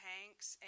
Hanks